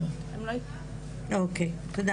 תודה